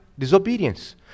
disobedience